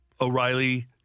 O'Reilly